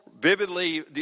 vividly